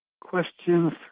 questions